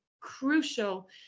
crucial